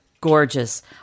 gorgeous